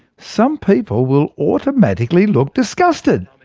some people will automatically look disgusted.